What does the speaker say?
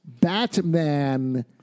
Batman